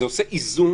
זה עושה איזון.